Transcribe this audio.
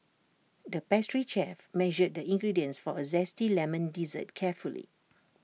the pastry chef measured the ingredients for A Zesty Lemon Dessert carefully